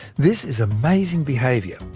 this is amazing behaviour,